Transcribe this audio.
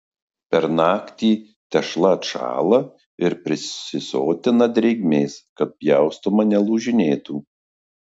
per naktį tešla atšąla ir prisisotina drėgmės kad pjaustoma nelūžinėtų